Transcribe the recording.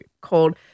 called